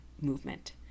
movement